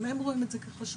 גם הם רואים את זה כחשוב.